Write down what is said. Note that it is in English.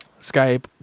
Skype